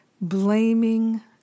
Blaming